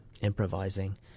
improvising